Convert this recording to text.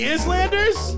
Islanders